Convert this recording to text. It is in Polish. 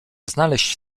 znaleźć